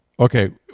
Okay